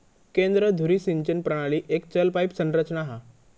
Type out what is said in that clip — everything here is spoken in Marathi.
केंद्र धुरी सिंचन प्रणाली एक चल पाईप संरचना हा